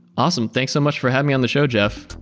awesome. thanks so much for having me on the show, jeff